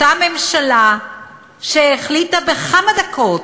אותה ממשלה שהחליטה בכמה דקות